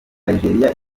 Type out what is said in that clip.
algeria